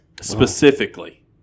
specifically